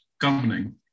governing